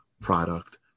product